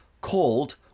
Called